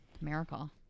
Miracle